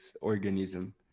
organism